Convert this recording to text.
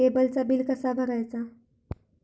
केबलचा बिल कसा भरायचा?